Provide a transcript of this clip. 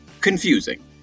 confusing